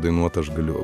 dainuot aš galiu